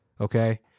Okay